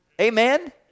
Amen